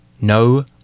no